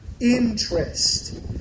interest